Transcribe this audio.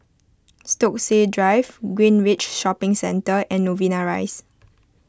Stokesay Drive Greenridge Shopping Centre and Novena Rise